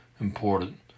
important